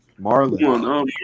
Marlon